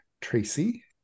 Tracy